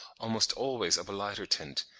almost always of a lighter tint,